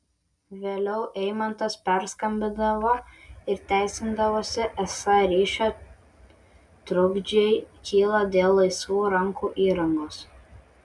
vėliau eimantas perskambindavo ir teisindavosi esą ryšio trukdžiai kyla dėl laisvų rankų įrangos